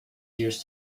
years